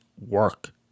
work